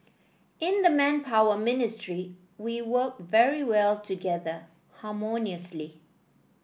in the Manpower Ministry we work very well together harmoniously